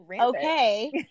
okay